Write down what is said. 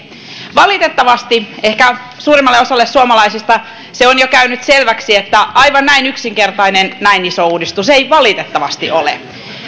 valitettavasti ehkä suurimmalle osalle suomalaisista se on jo käynyt selväksi että aivan näin yksinkertainen näin iso uudistus ei valitettavasti ole